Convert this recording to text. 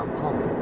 pumped.